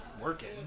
working